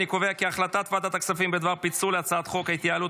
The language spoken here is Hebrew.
הצעת ועדת הכספים בדבר פיצול הצעת חוק ההתייעלות